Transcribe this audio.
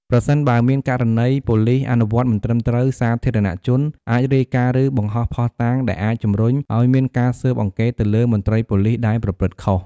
ប្រសិនបើមានករណី ប៉ូលិសអនុវត្តមិនត្រឹមត្រូវ សាធារណជន អាច រាយការណ៍ ឬ បង្ហោះភស្តុតាង ដែលអាច ជំរុញឱ្យមានការស៊ើបអង្កេតទៅលើ មន្ត្រីប៉ូលិសដែលប្រព្រឹត្តខុស។